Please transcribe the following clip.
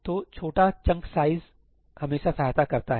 तो छोटा chunk size हमेशा सहायता करता है